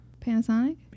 Panasonic